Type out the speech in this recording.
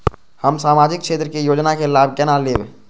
हम सामाजिक क्षेत्र के योजना के लाभ केना लेब?